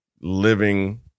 living